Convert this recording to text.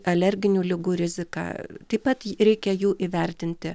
alerginių ligų riziką taip pat reikia jų įvertinti